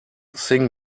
sing